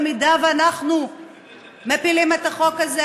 ואם אנחנו מפילים את החוק הזה,